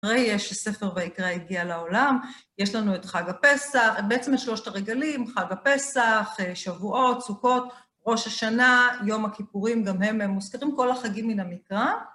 הרי יש ספר ויקרא הגיע לעולם, יש לנו את חג הפסח, בעצם שלושת הרגלים, חג הפסח, שבועות, סוכות, ראש השנה, יום הכיפורים, גם הם מוזכרים כל החגים מן המקרא.